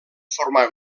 formar